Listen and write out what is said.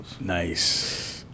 Nice